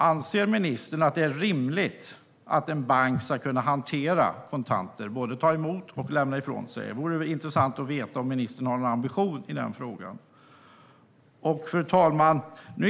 Anser ministern att det är rimligt att en bank ska kunna hantera kontanter, det vill säga både ta emot och lämna ifrån sig dem? Det vore intressant att veta om ministern har någon ambition i den frågan. Fru talman!